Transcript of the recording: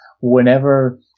whenever